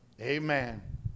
Amen